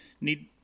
need